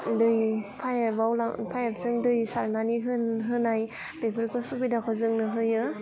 दै पाइपआव लां पाइपजों दै सारनानै होनाय बेफोरखौ सुबिदाखौ जोंनो होयो